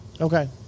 Okay